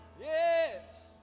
Yes